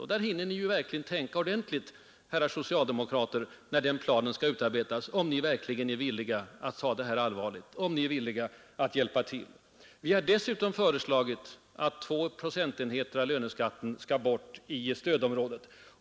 När den planen skall utarbetas hinner ni, herrar socialdemokrater, verkligen tänka efter ordentligt om ni är villiga att ta det här på allvar, om ni är villiga att hjälpa till. Vi har dessutom föreslagit att två procentenheter av löneskatten skall tas bort i stödområdet.